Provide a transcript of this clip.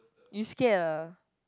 you scared ah